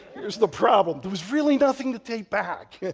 is the problem. there was really nothing to tape back. yeah